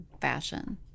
fashion